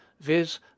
viz